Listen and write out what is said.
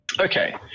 Okay